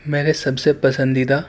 میرے سب سے پسندیدہ